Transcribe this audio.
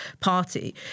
party